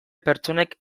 pertsonek